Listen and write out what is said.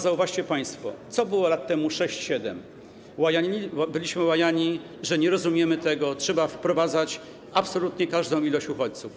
Zauważcie państwo, co było lat temu 6, 7. Byliśmy łajani, że nie rozumiemy tego, że trzeba wprowadzać absolutnie każdą ilość uchodźców.